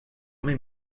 may